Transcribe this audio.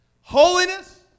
holiness